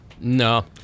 no